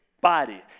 body